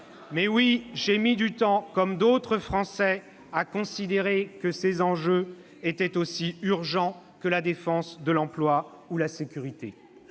Mais oui, j'ai mis du temps, comme d'autres Français, à considérer que ces enjeux étaient aussi urgents que la défense de l'emploi ou la sécurité.